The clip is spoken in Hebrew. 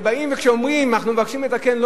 שלא מוכנים כשאנחנו מבקשים לתקן,